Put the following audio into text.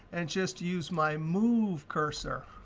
and just use my move cursor.